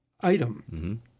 item